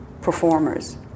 performers